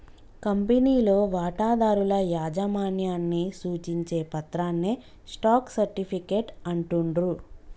కంపెనీలో వాటాదారుల యాజమాన్యాన్ని సూచించే పత్రాన్నే స్టాక్ సర్టిఫికేట్ అంటుండ్రు